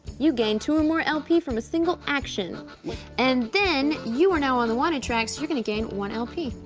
you gained two or more lp from a single action and then, you are now on the wanted track, so you're gonna gain one lp.